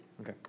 Okay